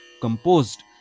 composed